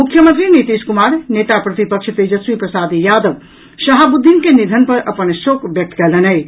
मुख्यमंत्री नीतीश कुमार नेता प्रतिपक्ष तेजस्वी प्रसाद यादव शहाबुद्दीन के निधन पर अपन शोक व्यक्त कयलनि अछि